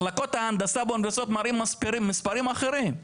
מחלקות ההנדסה באוניברסיטאות מראים מספרים אחרים.